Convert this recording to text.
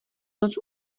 noc